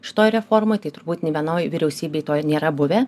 šitoj reformoj tai turbūt nei vienoj vyriausybei to nėra buvę